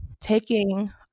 taking